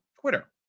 twitter